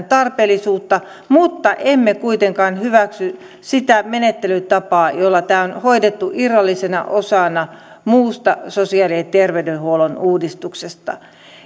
tarpeellisuutta mutta emme kuitenkaan hyväksy sitä menettelytapaa jolla tämä on hoidettu irrallisena osana muusta sosiaali ja terveydenhuollon uudistuksesta